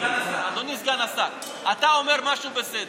אדוני סגן השר, אתה אומר משהו, בסדר.